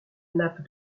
nappe